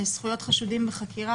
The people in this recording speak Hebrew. בפרט בחקירה,